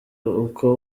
uko